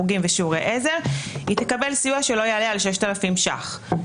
חוגים ושיעורי עזר היא תקבל סיוע שלא יעלה על 6,000 שקלים,